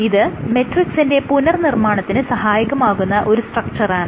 ഇത് മെട്രിക്സിന്റെ പുനർനിർമ്മാണത്തിന് സഹായകമാകുന്ന ഒരു സ്ട്രക്ച്ചറാണ്